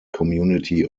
community